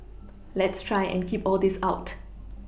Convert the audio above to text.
let's try and keep all this out